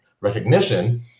recognition